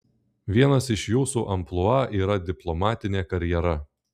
vienas iš jūsų amplua yra diplomatinė karjera